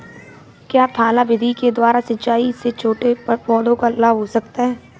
क्या थाला विधि के द्वारा सिंचाई से छोटे पौधों को लाभ होता है?